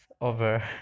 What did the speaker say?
over